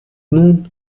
nun